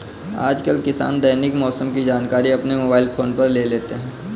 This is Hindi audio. आजकल किसान दैनिक मौसम की जानकारी अपने मोबाइल फोन पर ले लेते हैं